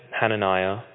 Hananiah